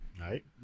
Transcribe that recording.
right